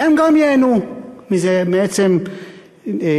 הם גם ייהנו מעצם נוכחותך.